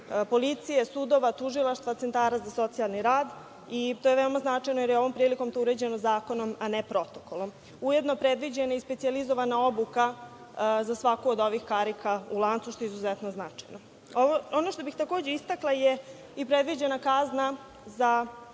policije, sudova, tužilaštava, centara za socijalni rad i to je veoma značajno, jer je ovom prilikom to urađeno zakonom a ne protokolom. Ujedno je predviđena i specijalizovana odluka za svaku od ovih karika u lancu, što je izuzetno značajno. Ono što bih takođe istakla je i predviđena kazna za